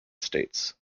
states